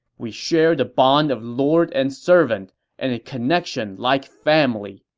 we share the bond of lord and servant and a connection like family.